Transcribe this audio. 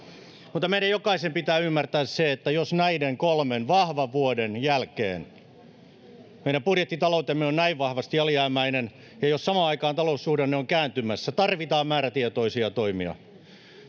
mutta meidän jokaisen pitää ymmärtää se että jos näiden kolmen vahvan vuoden jälkeen meidän budjettitaloutemme on näin vahvasti alijäämäinen ja jos samaan aikaan taloussuhdanne on kääntymässä tarvitaan määrätietoisia toimia